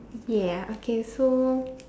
yeah okay so